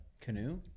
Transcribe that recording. Canoe